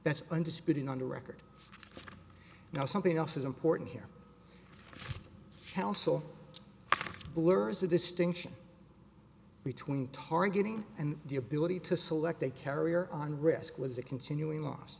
that's undisputed on the record now something else is important here counsel blurs the distinction between targeting and the ability to select a carrier on risk which is a continuing loss